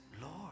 Lord